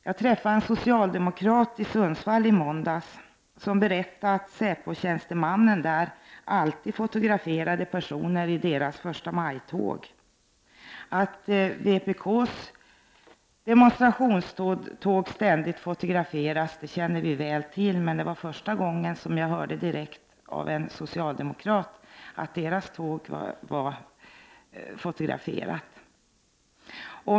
Jag träffade i måndags en socialdemokrat i Sundsvall som berättade att SÄPO-tjänstemannen där alltid fotograferar personer i socialdemokraternas förstamajtåg. Vi känner väl till att vpk:s demonstrationståg ständigt fotograferas, men det var första gången som jag hörde direkt av en socialdemokrat att deras tåg fotograferas.